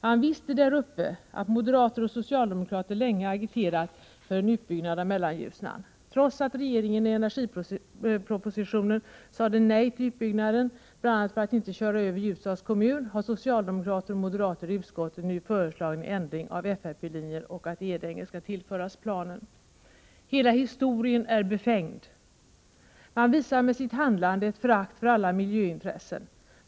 Man visste där uppe att moderater och socialdemokrater länge agiterat för en utbyggnad av Mellanljusnan. Trots att regeringen i energipropositionen sade nej till utbyggnaden, bl.a. för att inte köra över Ljusdals kommun, har socialdemokrater och moderater i utskottet nu föreslagit en ändring av FRP-riktlinjerna och att Edänge skall tillföras planen. Hela historien är befängd. Man visar med sitt handlande ett förakt för alla miljöintressen.